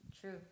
True